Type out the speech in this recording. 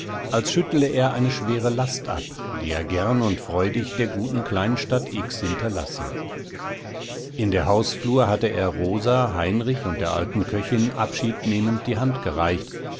als schüttle er eine schwere last ab die er gern und freudig der guten kleinen stadt x hinterlasse in der hausflur hatte er rosa heinrich und der alten köchin abschiednehmend die hand gereicht